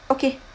okay